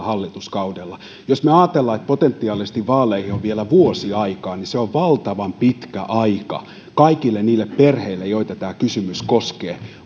hallituskaudella jos me ajattelemme että potentiaalisesti vaaleihin on vielä vuosi aikaa niin se on valtavan pitkä aika kaikille niille perheille joita tämä kysymys koskee